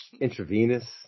Intravenous